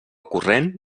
corrent